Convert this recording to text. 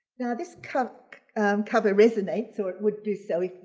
now this cover cover resonates. so it would do so if,